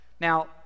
Now